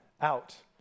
out